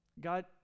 God